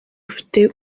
ufite